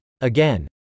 Again